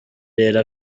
rero